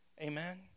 Amen